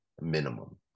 minimum